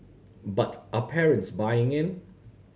but are parents buying in